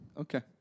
Okay